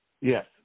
Yes